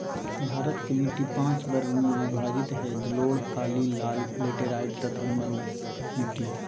भारत के मिट्टी पांच वर्ग में विभाजित हई जलोढ़, काली, लाल, लेटेराइट तथा मरू मिट्टी